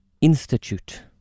Institute